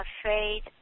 afraid